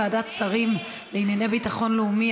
ועדת שרים לענייני ביטחון לאומי),